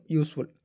useful